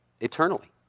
eternally